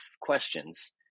questions